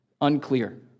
unclear